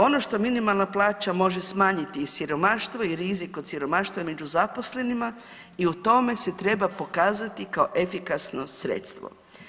Ono što minimalna plaća može smanjiti i siromaštvo i rizik od siromaštva među zaposlenima i u tome se treba pokazati kao efikasno sredstvo.